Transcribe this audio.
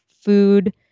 food